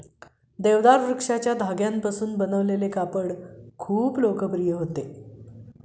देवदार वृक्षाच्या धाग्यांपासून बनवलेले कापड खूप लोकप्रिय होते